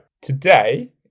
today